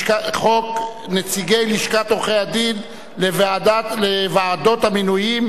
חוק נציגי לשכת עורכי-הדין לוועדות המינויים